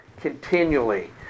continually